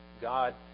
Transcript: God